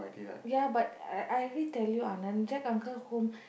ya but I I already tell you Anand Jack uncle home